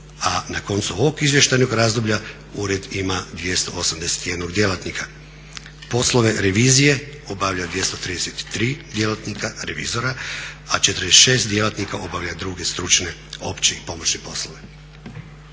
a na koncu ovog izvještajnog razdoblja ured ima 281 djelatnika. Poslove revizije obavlja 233 djelatnika, revizora, a 46 djelatnika obavlja druge stručne, opće i pomoćne poslove.